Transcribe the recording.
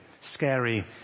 scary